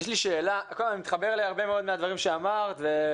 אני מתחבר להרבה מאוד מהדברים שאמרת,